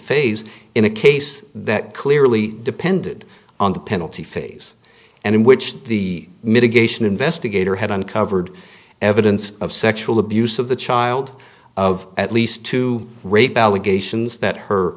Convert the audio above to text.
phase in a case that clearly depended on the penalty phase and in which the mitigation investigator had uncovered evidence of sexual abuse of the child of at least two rape allegations that her